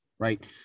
Right